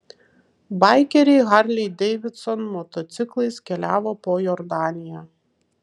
baikeriai harley davidson motociklais keliavo po jordaniją